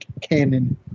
canon